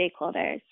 stakeholders